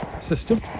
system